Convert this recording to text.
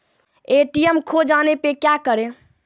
ATM खोजे जाने पर क्या करें?